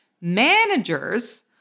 Managers